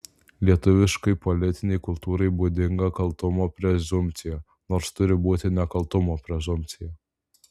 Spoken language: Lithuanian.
lietuviškai politinei kultūrai būdinga kaltumo prezumpcija nors turi būti nekaltumo prezumpcija